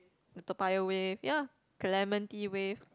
the Toa-Payoh wave ya clementi Wave